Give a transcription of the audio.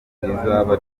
rizaba